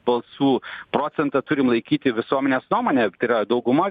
balsų procentą turim laikyti visuomenės nuomone tai yra dauguma